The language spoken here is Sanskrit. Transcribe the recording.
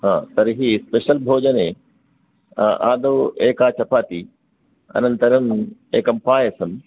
तर्हि स्पेशल् भोजने आदौ एका चपाति अनन्तरम् एकं पायसम्